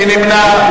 מי נמנע?